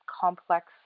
complex